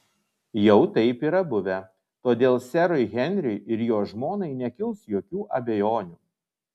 jau taip yra buvę todėl serui henriui ir jo žmonai nekils jokių abejonių